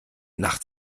nach